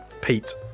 Pete